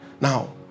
Now